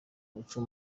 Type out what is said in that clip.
muco